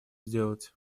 сделать